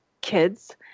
kids